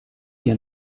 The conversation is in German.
hier